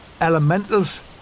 elementals